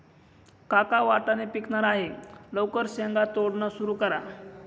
काका वाटाणे पिकणार आहे लवकर शेंगा तोडणं सुरू करा